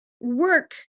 work